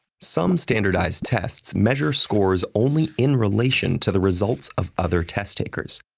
some standardized tests measure scores only in relation to the results of other test takers.